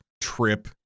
trip